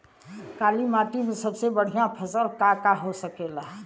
काली माटी में सबसे बढ़िया फसल का का हो सकेला?